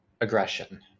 aggression